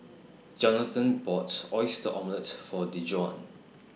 Jonathan bought Oyster Omelette For Dejuan